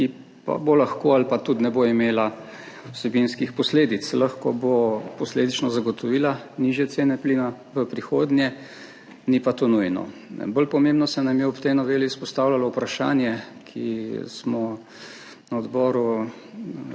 pa bo lahko ali pa tudi ne bo imela vsebinskih posledic, lahko bo posledično zagotovila nižje cene plina v prihodnje, ni pa to nujno. Bolj pomembno se nam je ob tej noveli izpostavljalo vprašanje, za katerega smo na odboru